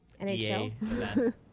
nhl